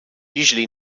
usually